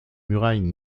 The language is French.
murailles